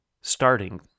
starting